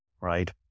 right